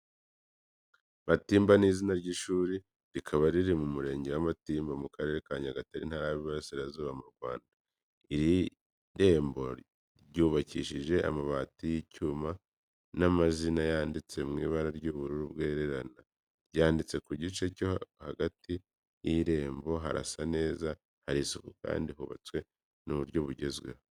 Matimba ni izina ry'ishuri, rikaba riri mu Murenge wa Matimba, mu Karere ka Nyagatare, Intara y’Iburasirazuba mu Rwanda. Iri rembo ryubakishije amabati y’icyuma n’amazina yanditse mu ibara ry’ubururu bwererana, ryanditse ku gice cyo hagati y’irembo. Harasa neza hari isuku kandi hubatswe mu buryo bugezweho.